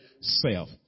self